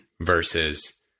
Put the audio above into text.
versus